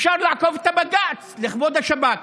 אפשר לעקוף את בג"ץ לכבוד השב"כ.